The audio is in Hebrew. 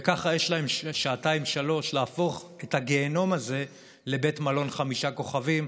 וככה יש להם שעתיים-שלוש להפוך את הגיהינום הזה לבית מלון חמישה כוכבים,